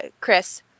Chris